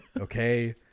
Okay